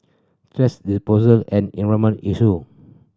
thrash disposal's an environmental issue